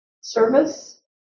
service